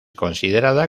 considerada